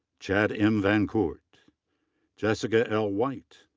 chad m. vankoot. jessica l. white.